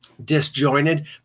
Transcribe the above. Disjointed